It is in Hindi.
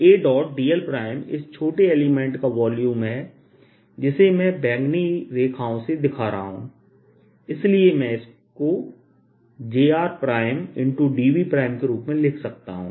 adl इस छोटे एलिमेंट का वॉल्यूम है जिसे मैं बैंगनी रेखाओं से दिखा रहा हूं इसलिए मैं इसको jrdV के रूप में लिख सकता हूं